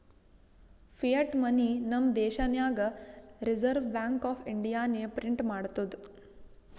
fiat money ನಮ್ ದೇಶನಾಗ್ reserve bank of ಇಂಡಿಯಾನೆ ಪ್ರಿಂಟ್ ಮಾಡ್ತುದ್